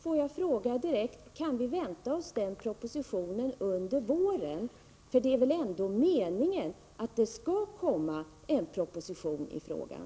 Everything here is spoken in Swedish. Får jag fråga direkt: Kan vi vänta oss propositionen under våren — för det är väl ändå meningen att det skall komma en proposition i frågan?